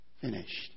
finished